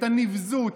את הנבזות,